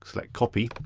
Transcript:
like copy.